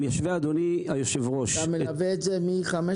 אם ישווה אדוני היושב-ראש --- אתה מלווה את זה מ-2015?